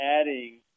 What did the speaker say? adding